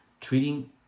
treating